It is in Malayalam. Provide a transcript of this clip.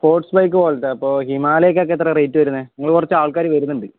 സ്പോർട്സ് ബൈക്ക് പോലത്തെ അപ്പോൾ ഹിമാലയയ്ക്കൊക്കെ എത്രയാണ് റേറ്റ് വരുന്നത് ഞങ്ങൾ കുറച്ച് ആൾക്കാർ വരുന്നുണ്ട്